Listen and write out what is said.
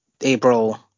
April